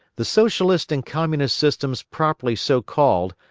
the socialist and communist systems properly so called,